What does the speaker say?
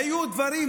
היו דברים,